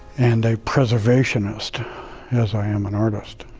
and preservationist as i am an artist.